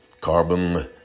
carbon